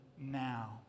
now